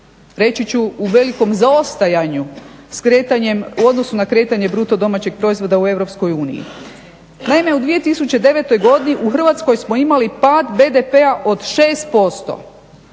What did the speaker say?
reći ću u velikom zaostajanju u odnosu na kretanje BDP-a u EU. Naime, u 2009. godini u Hrvatskoj smo imali pad BDP-a od 6%,